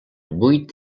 vuit